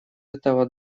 этого